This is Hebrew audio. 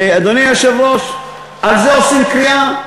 אדוני היושב-ראש, על זה עושים קריעה?